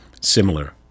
similar